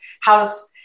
How's